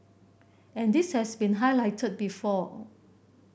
and this has been highlighted before